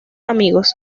amigos